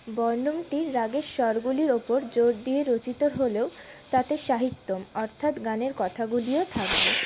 বর্ণমটি রাগের স্বরগুলির ওপর জোর দিয়ে রচিত হলেও তাতে সাহিত্যম অর্থাৎ গানের কথাগুলিও থাকবে